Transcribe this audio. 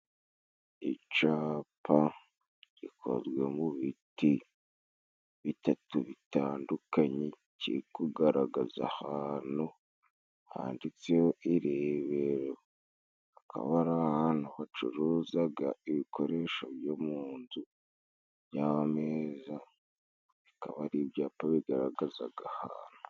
Icapa gikozwe mu biti bitatu bitandukanye, Kiri kugaragaza ahantu handitseho irebero. Hakaba ari ahantu hacuruzaga ibikoresho byo mu nzu by'ameza, bikaba ari ibyapa bigaragazaga ahantu.